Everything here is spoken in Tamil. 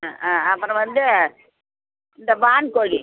ஆ ஆ அப்புறம் வந்து இந்த வான்கோழி